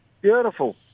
Beautiful